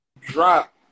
drop